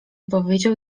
powiedział